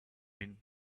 mean